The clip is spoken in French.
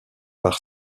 par